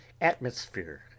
atmosphere